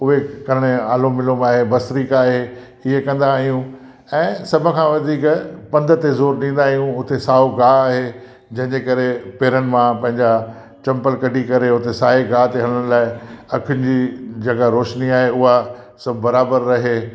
उहे करणु आलोम विलोम आहे भस्त्रिका आहे ईअं कंदा आहियूं ऐं सभु खां वधीक पंध ते ज़ोरु ॾींदा आहियूं उते साओ गाहु आहे जंहिंजे करे पेरनि मां पंहिंजा चम्पल कढी करे उते साए घास ते हलण लाइ अखियुनि जी जेका रोशनी आहे उहा सभु बराबरु रहे